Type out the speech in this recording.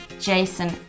Jason